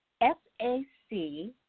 F-A-C